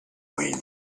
wind